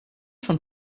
schon